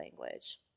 language